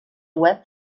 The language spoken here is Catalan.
web